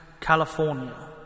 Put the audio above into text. California